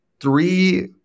three